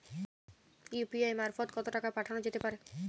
UPI মারফত কত টাকা পাঠানো যেতে পারে?